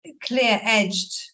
clear-edged